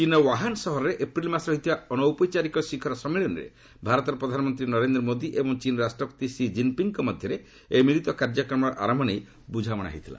ଚୀନ୍ର ଓ୍ୱାହାନ୍ ସହରରେ ଏପ୍ରିଲ୍ ମାସରେ ହୋଇଥିବା ଅନୌପଚାରିକ ଶିଖର ସମ୍ମିଳନୀରେ ଭାରତର ପ୍ରଧାନମନ୍ତ୍ରୀ ନରେନ୍ଦ୍ର ମୋଦି ଏବଂ ଚୀନ୍ର ରାଷ୍ଟ୍ରପତି ଷି ଜିନ୍ପିଙ୍ଗ୍ଙ୍କ ମଧ୍ୟରେ ଏହି ମିଳିତ କାର୍ଯ୍ୟକ୍ରମର ଆରମ୍ଭ ନେଇ ବୁଝାମଣା ହୋଇଥିଲା